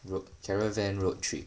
road caravan road trip